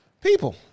People